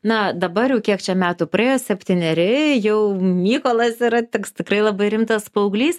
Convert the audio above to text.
na dabar jau kiek čia metų praėjo septyneri jau mykolas yra toks tikrai labai rimtas paauglys